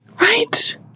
right